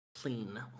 clean